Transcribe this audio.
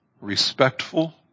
respectful